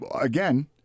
Again